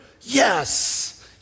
Yes